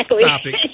topic